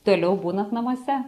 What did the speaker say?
toliau būnant namuose